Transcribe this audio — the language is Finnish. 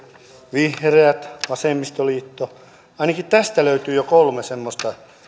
vihreät vasemmistoliitto ainakin tästä löytyy jo kolme semmoista